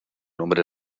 nombre